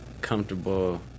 comfortable